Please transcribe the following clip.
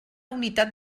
unitat